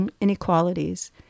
inequalities